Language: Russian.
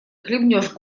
хлебнешь